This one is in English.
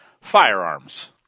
firearms